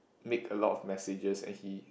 make a lot of messages and he